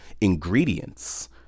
ingredients